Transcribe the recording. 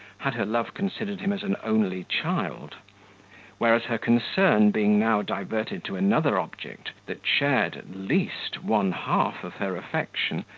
had her love considered him as an only child whereas her concern being now diverted to another object, that shared, at least, one-half of her affection,